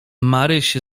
maryś